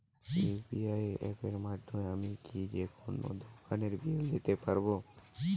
UPI অ্যাপের মাধ্যমে আমি কি যেকোনো দোকানের বিল দিতে পারবো?